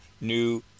new